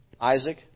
Isaac